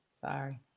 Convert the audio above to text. Sorry